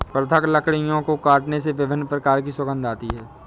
पृथक लकड़ियों को काटने से विभिन्न प्रकार की सुगंध आती है